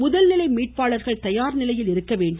முதல் நிலை மீட்பாளர்கள் தயார் நிலையில் இருக்க வேண்டும்